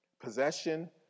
Possession